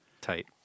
Tight